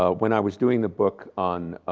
ah when i was doing the book on